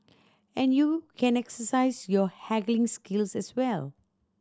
and you can exercise your haggling skills as well